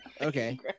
Okay